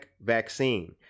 vaccine